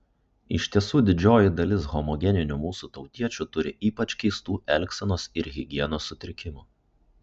iš tiesų didžioji dalis homogeninių mūsų tautiečių turi ypač keistų elgsenos ir higienos sutrikimų